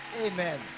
Amen